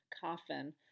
Coffin